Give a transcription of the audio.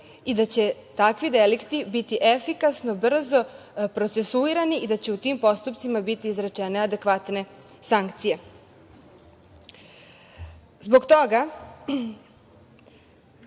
i da će takvi delikti biti efikasno, brzo procesuirani i da će u tim postupcima biti izrečene adekvatne sankcije. Zbog toga